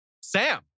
Sam